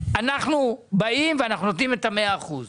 אנחנו באים ואנחנו נותנים את המאה אחוזים.